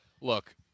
look